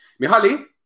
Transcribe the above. Mihaly